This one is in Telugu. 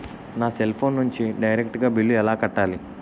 నా సెల్ ఫోన్ నుంచి డైరెక్ట్ గా బిల్లు ఎలా కట్టాలి?